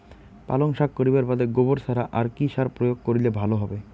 পালং শাক করিবার বাদে গোবর ছাড়া আর কি সার প্রয়োগ করিলে ভালো হবে?